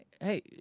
hey